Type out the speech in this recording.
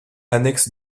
annexe